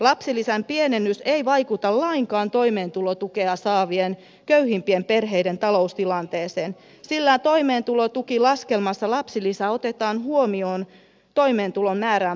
lapsilisän pienennys ei vaikuta lainkaan toimeentulotukea saavien köyhimpien perheiden taloustilanteeseen sillä toimeentulotukilaskelmassa lapsilisä otetaan huomioon toimeentulon määrään vaikuttavana tulona